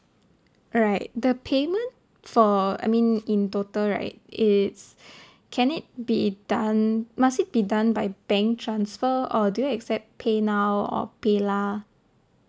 right the payment for I mean in total right it's can it be done must it be done by bank transfer or do you accept paynow or paylah